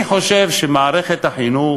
אני חושב שמערכת החינוך